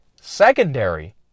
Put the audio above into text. secondary